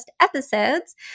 episodes